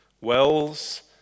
Wells